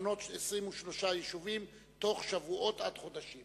לפנות 23 יישובים תוך שבועות עד חודשים.